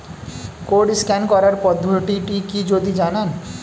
Code scan করার পদ্ধতিটি কি যদি জানান?